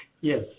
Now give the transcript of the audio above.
Yes